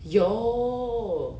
有